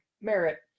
merit